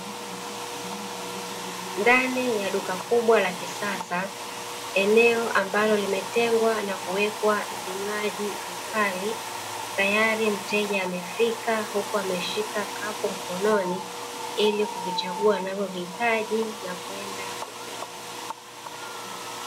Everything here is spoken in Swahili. Ndani ya duka kubwa la kisasa eneo ambalo limetengwa na kuwekwa vinywaji vikali tayari mteja amefika huku ameshika kapu mkononi ili kuvichagua anavyovihitaji na kwenda kuvitumia.